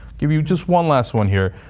give you just one last one here,